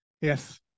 Yes